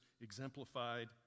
exemplified